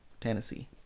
Tennessee